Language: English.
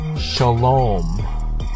Shalom